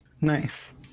nice